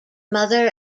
mother